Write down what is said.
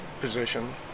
position